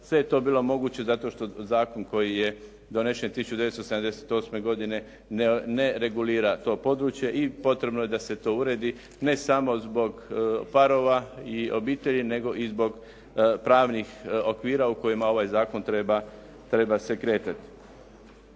Sve je to bilo moguće zato što zakon koji je donesen 1978. godine ne regulira to područje i potrebno je da se to uredi ne samo zbog parova i obitelji, nego i zbog pravnih okvira u kojima ovaj zakon treba se kretati.